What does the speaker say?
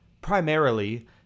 Primarily